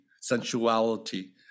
sensuality